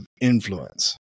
influence